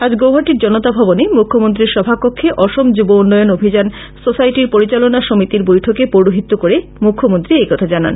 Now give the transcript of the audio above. আজ গৌহাটীর জনতা ভবনে মুখ্যমন্ত্রীর সভাকক্ষে অসম যুব উন্নয়ন অভিযান সোসাইটির পরিচালনা সমিতির বৈঠকে পৌরহিত্য করে মখ্যমন্ত্রী একথা জানান